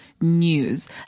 news